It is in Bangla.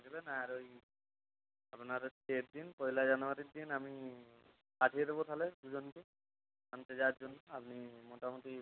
দিয়ে দেবেন আর ওই আপনার হচ্ছে ইয়ের দিন পয়লা জানুয়ারির দিন আমি পাঠিয়ে দেব তাহলে দুজনকে আনতে যাওয়ার জন্য আপনি মোটামুটি